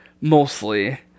mostly